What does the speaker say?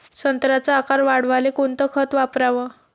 संत्र्याचा आकार वाढवाले कोणतं खत वापराव?